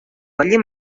валли